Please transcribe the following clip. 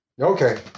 Okay